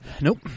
Nope